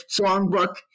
Songbook